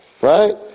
right